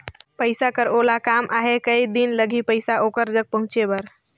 पइसा कर ओला काम आहे कये दिन लगही पइसा ओकर जग पहुंचे बर?